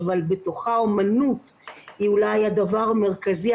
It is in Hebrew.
אבל בתוכה האומנות היא אולי הדבר המרכזי,